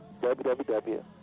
www